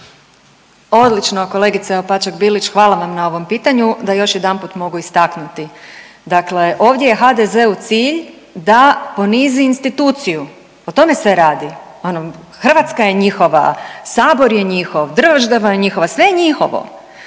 Odlično kolegice Opačak-Bilić, hvala vam na ovom pitanju da još jedanput mogu istaknuti. Dakle, ovdje je HDZ-u cilj da ponizi instituciju, o tome se radi, ono Hrvatska je njihova, Sabor je njihov, država je njihova, sve je njihovo!